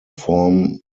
form